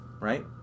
right